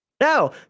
Now